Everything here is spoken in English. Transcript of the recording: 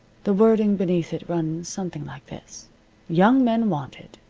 the wording beneath it runs something like this young men wanted.